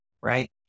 Right